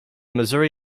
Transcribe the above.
missouri